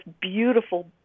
beautiful